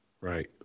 Right